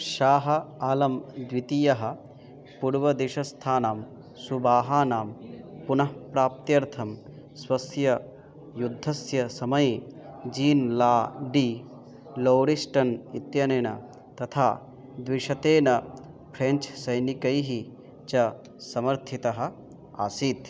शाह आलं द्वितीयः पुड्वदेशस्थानां सुबाहानां पुनः प्राप्त्यर्थं स्वस्य युद्धस्य समये जीन् ला डी लोरिस्टन् इत्यनेन तथा द्विशतेन फ्रेञ्च् सैनिकैः च समर्थितः आसीत्